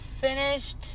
finished